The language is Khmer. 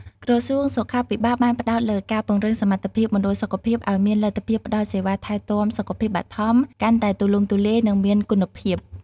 ក្រសួងសុខាភិបាលបានផ្តោតលើ ការពង្រឹងសមត្ថភាពមណ្ឌលសុខភាព ឱ្យមានលទ្ធភាពផ្តល់សេវាថែទាំសុខភាពបឋមកាន់តែទូលំទូលាយ និងមានគុណភាព។